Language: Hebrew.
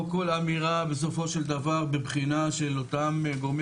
לא כל אמירה בסופו של דבר בבחינה של אותם גורמים